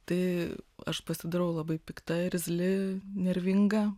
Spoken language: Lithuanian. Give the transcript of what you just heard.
tai aš pasidarau labai pikta irzli nervinga